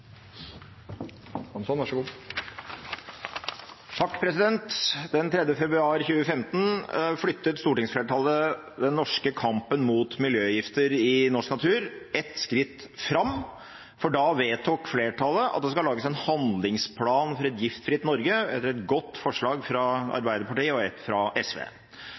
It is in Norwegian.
februar 2015 flyttet stortingsflertallet den norske kampen mot miljøgifter i norsk natur et skritt fram, for da vedtok flertallet at det skal lages en handlingsplan for et giftfritt Norge, etter et godt forslag fra Arbeiderpartiet og et fra SV.